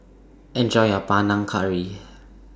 Enjoy your Panang Curry